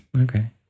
okay